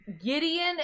Gideon